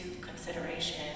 consideration